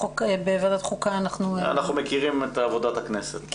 בוועדת חוקה --- אנחנו מכירים את עבודת הכנסת.